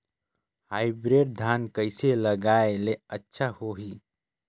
Hybrid धान कइसे लगाय ले अच्छा होही?